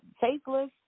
faithless